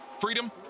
freedom